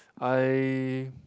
I